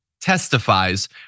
testifies